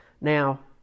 Now